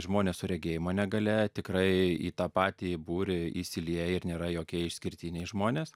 žmonės su regėjimo negalia tikrai į tą patį būrį įsilieja ir nėra jokie išskirtiniai žmonės